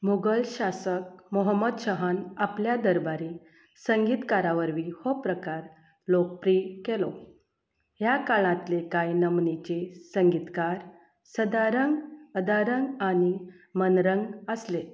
मुघल शासक मोहम्मद शाहान आपल्या दरबारी संगीतकारांवरवीं हो प्रकार लोकप्रीय केलो ह्या काळांतले कांय नामनेचे संगीतकार सदारंग अदारंग आनी मनरंग आसलें